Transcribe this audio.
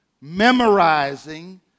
memorizing